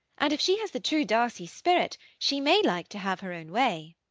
and, if she has the true darcy spirit, she may like to have her own way.